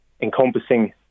encompassing